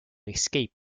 escape